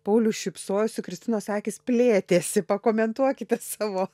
paulius šypsojosi kristinos akys plėtėsi pakomentuokite savo